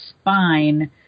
spine